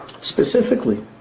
Specifically